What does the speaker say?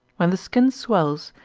when the skin swells,